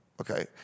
Okay